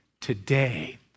today